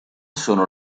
sono